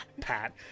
Pat